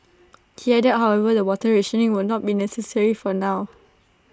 he added however that water rationing will not be necessary for now